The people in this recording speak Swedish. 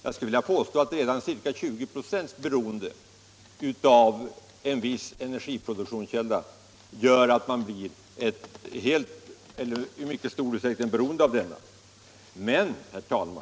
Och jag vill påstå att redan omkring 20 procents beroende av en viss energiproduktionskälla innebär att man i mycket stor utsträckning är beroende av den produktionen.